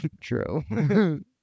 True